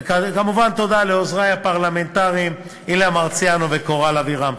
וכמובן תודה לעוזרי הפרלמנטריים אילן מרסיאנו וקורל אבירם.